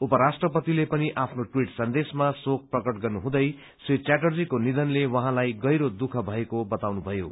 उपराष्ट्रपतिले पनि आफ्नो ट्वीट सन्देशमा शोक प्रकट गर्नुहुँदै श्री च्याटर्जीको निधनले उहाँलाई गहिरो दुःख भएको बताउनुभएको छ